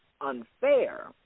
unfair